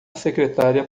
secretária